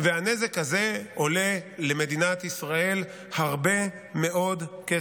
והנזק הזה עולה למדינת ישראל הרבה מאוד כסף.